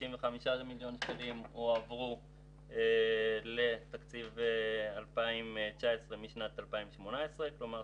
העודפים 65 מיליון שקלים הועברו לתקציב 2019 משנת 2018. כלומר,